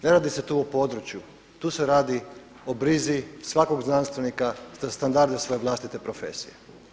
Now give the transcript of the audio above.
Ne radi se tu o području, tu se radi o brizi svakog znanstvenika, standarde svoje vlastite profesije.